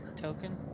token